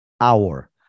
hour